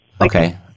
Okay